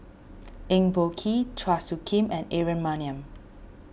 Eng Boh Kee Chua Soo Khim and Aaron Maniam